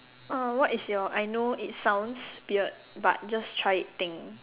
uh what is your I know it sounds weird but just try it thing